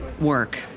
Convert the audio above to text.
work